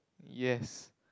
yes